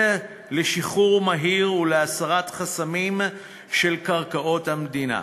לשחרור מהיר והסרת חסמים של קרקעות מדינה.